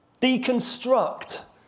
Deconstruct